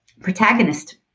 protagonist